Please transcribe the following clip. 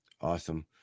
Awesome